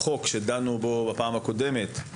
בחוק שדנו בו בפעם הקודמת,